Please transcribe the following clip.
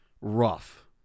rough